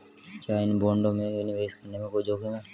क्या इन बॉन्डों में निवेश करने में कोई जोखिम है?